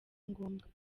ngombwa